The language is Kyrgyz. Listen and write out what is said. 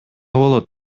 болот